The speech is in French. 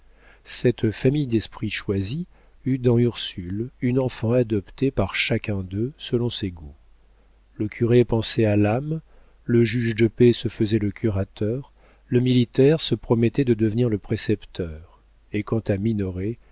cette famille d'esprits choisis eut dans ursule une enfant adoptée par chacun d'eux selon ses goûts le curé pensait à l'âme le juge de paix se faisait le curateur le militaire se promettait de devenir le précepteur et quant à